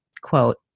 quote